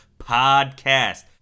Podcast